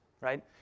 right